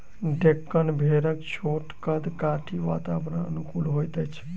डेक्कन भेड़क छोट कद काठी वातावरणक अनुकूल होइत अछि